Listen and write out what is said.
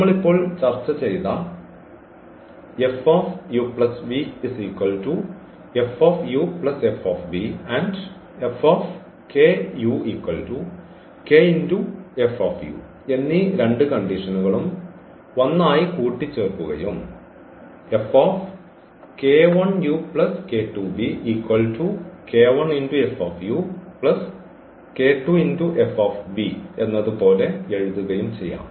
നമ്മൾ ഇപ്പോൾ ചർച്ച ചെയ്ത and എന്നീ 2 കണ്ടീഷനുകളും ഒന്നായി കൂട്ടിച്ചേർക്കുകയും എന്നതു പോലെ എഴുതുകയും ചെയ്യാം